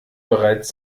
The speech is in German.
bereits